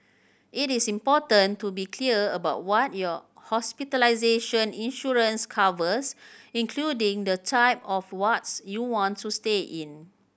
it is important to be clear about what your hospitalization insurance covers including the type of wards you want to stay in